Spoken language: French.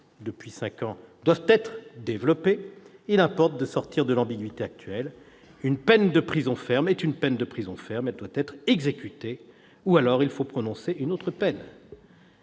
depuis cinq ans, doivent être développées, il importe de sortir de l'ambiguïté actuelle : une peine de prison ferme est une peine de prison ferme ; elle doit être exécutée, ou alors il faut prononcer une autre peine